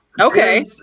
Okay